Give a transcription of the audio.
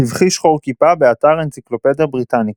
סבכי שחור-כיפה, באתר אנציקלופדיה בריטניקה